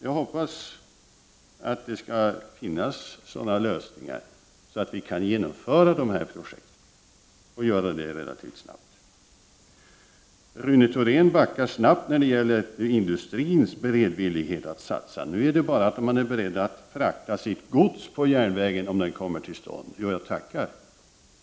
Jag hoppas att det skall finnas sådana lösningar att vi kan genomföra dessa projekt och göra det relativt snabbt. Rune Thorén backar snabbt när det gäller industrins beredvillighet att satsa. Nu säger han bara att industrin är beredd att frakta sitt gods på järnvägen om den kommer till stånd. Jo, jag tackar.